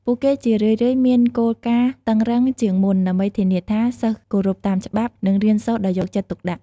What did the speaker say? ពួកគេជារឿយៗមានគោលការណ៍តឹងរ៉ឹងជាងមុនដើម្បីធានាថា សិស្សគោរពតាមច្បាប់ និងរៀនសូត្រដោយយកចិត្តទុកដាក់។